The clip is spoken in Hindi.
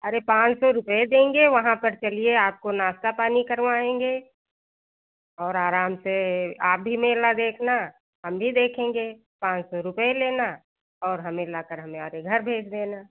अरे पाँच सौ रुपये देंगे वहाँ पर चलिए आपको नाश्ता पानी करवाएंगे और आराम से आप भी मेला देखना हम भी देखेंगे पाँच सौ रुपये लेना और हमें लाकर हमें हमारे घर भेज देना